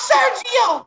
Sergio